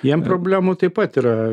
jiem problemų taip pat yra